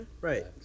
Right